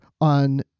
on